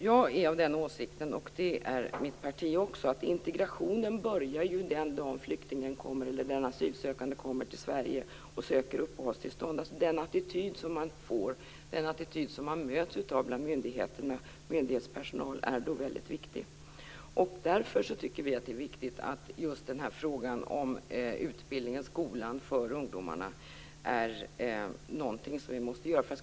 Jag är av den åsikten, och det är mitt parti också, att integrationen börjar den dag den asylsökande kommer till Sverige och söker uppehållstillstånd. Den attityd som man möts av från myndighetspersonalen är då väldigt viktig. Därför tycker vi att det är viktigt att vi gör något åt just frågan om skolan och utbildningen av ungdomarna.